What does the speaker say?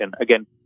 again